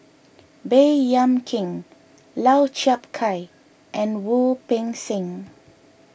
Baey Yam Keng Lau Chiap Khai and Wu Peng Seng